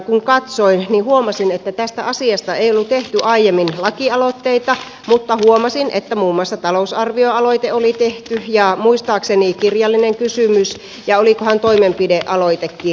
kun katsoin huomasin että tästä asiasta ei ole tehty aiemmin lakialoitteita mutta huomasin että muun muassa talousarvioaloite oli tehty ja muistaakseni kirjallinen kysymys ja olikohan toimenpidealoitekin